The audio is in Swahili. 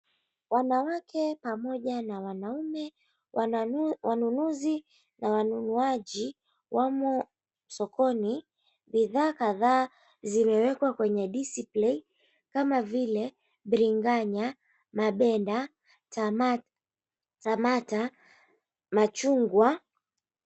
Wanawake pamoja na wanaume, wanunuzi na wanunuaji wamo sokoni. Bidhaa kadhaa zimewekwa kwenye display kama vile; biringanya, mabenda, tomato , machungwa.